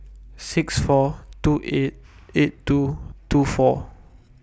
six four two eight eight two two four